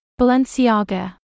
Balenciaga